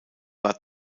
war